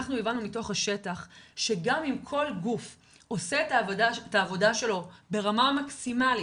אנחנו הבנו מתוך השטח שגם אם כל גוף עושה את העבודה שלו ברמה המקסימלית,